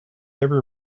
ever